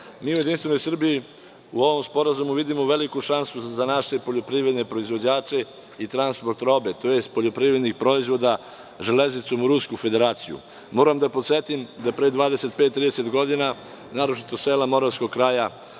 u Jedinstvenoj Srbiji u ovom sporazumu vidimo veliku šansu za naše poljoprivredne proizvođače i transport robe, tj. poljoprivrednih proizvoda železnicom u Rusku Federaciju. Moram da podsetim da pre 25-30 godina naročito sela moravskog kraja